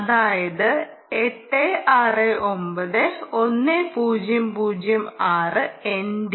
അതായത് 869 1006 ND